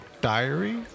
Diary